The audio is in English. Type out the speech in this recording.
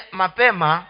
mapema